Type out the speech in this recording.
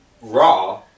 raw